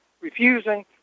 refusing